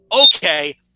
okay